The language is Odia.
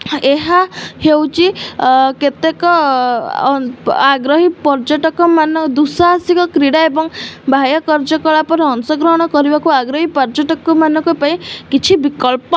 ଏହା ହେଉଛି କେତେକ ଆଗ୍ରହୀ ପର୍ଯ୍ୟଟକମାନ ଦୁଃସାହାସିକ କ୍ରୀଡ଼ା ଏବଂ ବାହ୍ୟ କାର୍ଯ୍ୟକଳାପରେ ଅଂଶଗ୍ରହଣ କରିବାକୁ ଆଗ୍ରହୀ ପର୍ଯ୍ୟଟକମାନଙ୍କ ପାଇଁ କିଛି ବିକଳ୍ପ